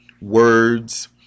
words